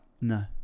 No